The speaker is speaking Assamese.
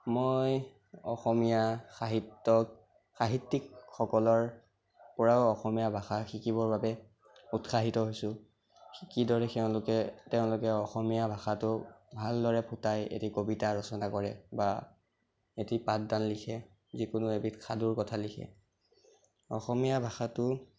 মই অসমীয়া সাহিত্য়ত সাাহিত্য়কসকলৰ পৰাও অসমীয়া ভাষা শিকিবৰ বাবে উৎসাহিত হৈছোঁ কিদৰে তেওঁলোকে তেওঁলোকে অসমীয়া ভাষাটো ভালদৰে ফুটাই এটি কবিতা ৰচনা কৰে বা এটি পাঠদান লিখে যিকোনো এবিধ সাধু কথা লিখে অসমীয়া ভাষাটো